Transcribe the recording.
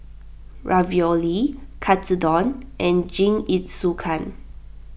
Ravioli Katsudon and Jingisukan